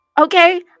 Okay